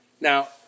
Now